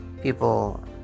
people